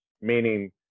meaning